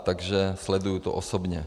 Takže sleduji to osobně.